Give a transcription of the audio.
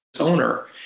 owner